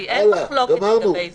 אין מחלוקת לגבי זה.